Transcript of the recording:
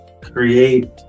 Create